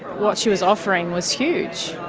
what she was offering was huge.